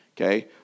okay